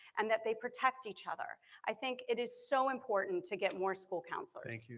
and that they protect each other. i think it is so important to get more school counselors.